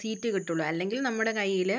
seat കിട്ടുള്ളൂ അല്ലെങ്കിൽ നമ്മുടെ കയ്യിൽ